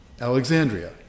Alexandria